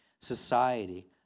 society